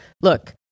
look